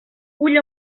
ull